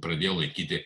pradėjau laikyti